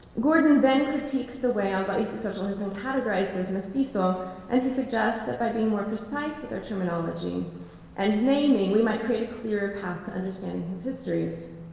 gordon then critiques the way ah that so has been categorized as mestizo and he suggests that by being more precise with our terminology and naming, we might create a clearer path to understanding his histories.